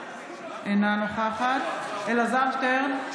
אינה נוכחת אלעזר שטרן,